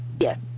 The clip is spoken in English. Yes